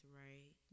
right